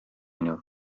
nhw